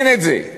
אין את זה.